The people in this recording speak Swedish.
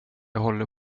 håller